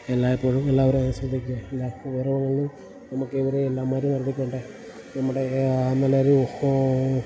എല്ലായ്പ്പോഴും എല്ലാവരും അത് ശ്രദ്ധിക്കുക എല്ലാ ഉപദ്രവങ്ങളിലും നമുക്കിവരെ എല്ലാവരേം ശ്രദ്ധിക്കണ്ടേ നമ്മുടെ ആണെന്ന് ഉള്ളൊരു ഹോ